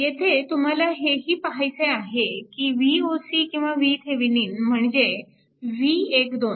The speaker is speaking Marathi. येथे तुम्हाला हेही पाहायचे आहे की Voc किंवा VThevenin म्हणजे V 12